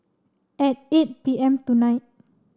at eight P M tonight